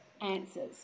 answers